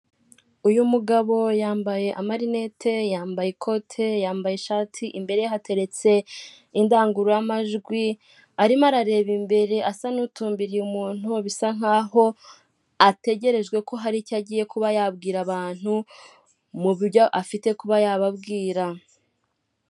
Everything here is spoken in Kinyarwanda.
Azure foregisi biro iherereye kwa rando mu mujyi wa Kigali, werekeza i Remera, ni biro deshanje ivunja neza.